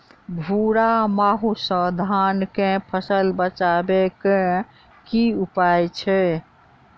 भूरा माहू सँ धान कऽ फसल बचाबै कऽ की उपाय छै?